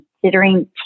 considering